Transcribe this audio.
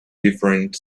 different